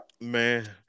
man